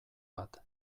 bat